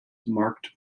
marked